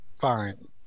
fine